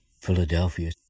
Philadelphia